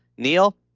neil,